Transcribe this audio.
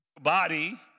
Body